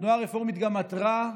התנועה הרפורמית גם עתרה,